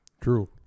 True